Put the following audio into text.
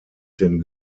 den